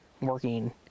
working